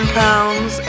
pounds